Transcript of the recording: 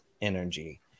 energy